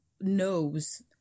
knows